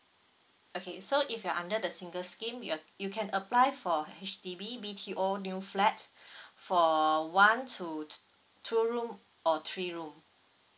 okay so if you're under the single scheme your you can apply for H_D_B B_T_O new flat for one to t~ two room or three room